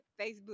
facebook